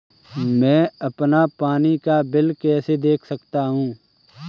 मैं अपना पानी का बिल कैसे देख सकता हूँ?